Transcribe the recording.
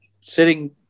sitting